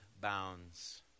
bounds